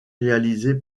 réalisé